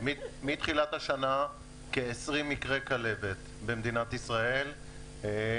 מתחילת השנה כ-20 מקרי כלבת במדינת ישראל,